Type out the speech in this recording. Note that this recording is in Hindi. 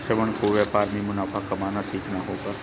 श्रवण को व्यापार में मुनाफा कमाना सीखना होगा